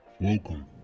Welcome